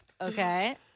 Okay